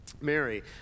Mary